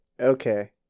Okay